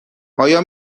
آیا